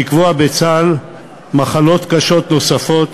יוכל לקבוע בצו מחלות קשות נוספות